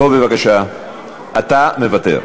בוא בבקשה, אתה מוותר.